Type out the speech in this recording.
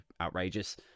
outrageous